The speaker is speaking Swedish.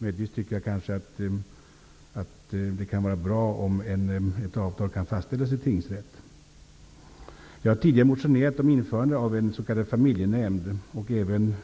Möjligen kan det vara bra om ett avtal kan fastställas i tingsrätt. Jag har tidigare motionerat om införande av en s.k. familjenämnd. Även